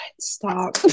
stop